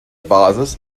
basis